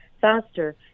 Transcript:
faster